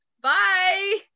Bye